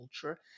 culture